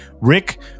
Rick